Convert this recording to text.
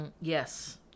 Yes